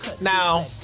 now